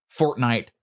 Fortnite